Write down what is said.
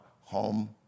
home